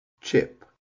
Chip